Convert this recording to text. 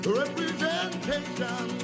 representation